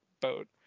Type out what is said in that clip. boat